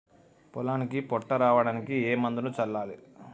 పొలానికి పొట్ట రావడానికి ఏ మందును చల్లాలి?